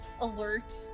alert